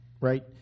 right